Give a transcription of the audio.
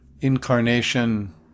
incarnation